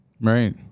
Right